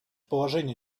положения